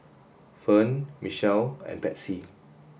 Ferne Mitchel and Patsy